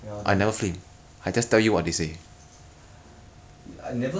you you guys you guys four you guys go four on one in zi quan's lane